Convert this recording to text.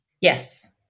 Yes